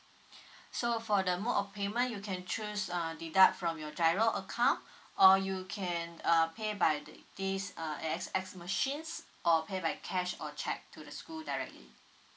so for the mode of payment you can choose uh deduct from your giro account or you can uh pay by thi~ this uh A_X_S machines or pay by cash or cheque to the school directly